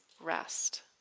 rest